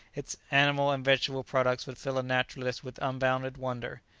its animal and vegetable products would fill a naturalist with unbounded wonder.